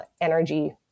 energy